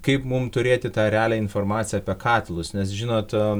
kaip mum turėti tą realią informaciją apie katilus nes žinot